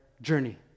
journey